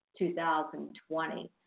2020